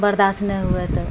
बर्दाश्त नहि हुअए तऽ